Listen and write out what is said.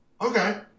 Okay